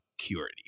security